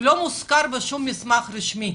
הוא לא מוזכר בשום מסמך רשמי